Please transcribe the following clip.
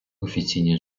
офіційні